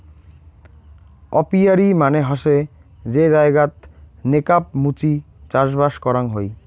apiary মানে হসে যে জায়গাত নেকাব মুচি চাষবাস করাং হই